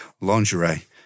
lingerie